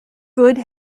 good